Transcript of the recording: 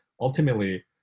ultimately